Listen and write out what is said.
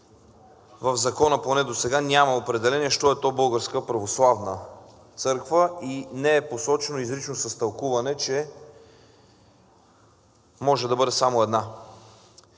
в Закона поне досега няма определение що е то Българска православна църква и не е посочено изрично, с тълкуване, че може да бъде само една